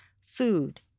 Food